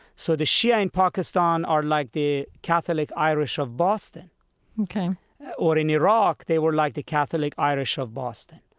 so the shia in pakistan are like the catholic irish of boston ok or in iraq, they were like the catholic irish of boston.